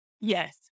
yes